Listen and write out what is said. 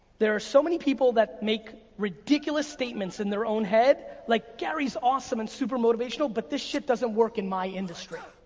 there are so many people that make ridiculous statements in their own head like, gary's awesome and super motivational, but this shit doesn't work in my industry.